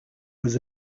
was